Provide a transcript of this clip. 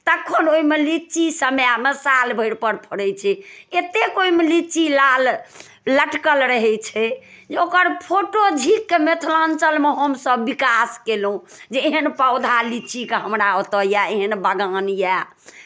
तखन ओहिमे लीची समयमे सालभरि पर फड़ै छै एतेक ओहिमे लीची लाल लटकल रहै छै जे ओकर फोटो झीँकि कऽ मिथिलाञ्चलमे हमसभ विकास कयलहुँ जे एहन पौधा लीची के हमरा ओतय यए एहन बगान यए